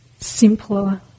simpler